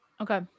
okay